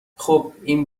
خوب، این